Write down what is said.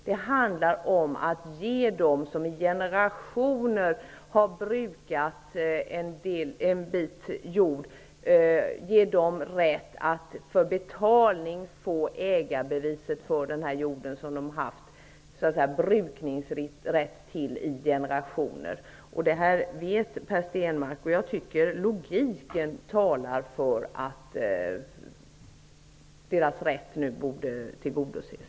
Det handlar om att ge dem som i generationer har haft ''brukningsrätt'' till en bit jord rätt att mot betalning få ägarbeviset för den jorden. Det här vet Per Stenmarck. Jag tycker att logiken talar för att dessa människors rätt nu borde tillgodoses.